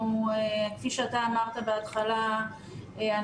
כפי שאתה אמרת בהתחלה,